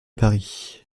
paris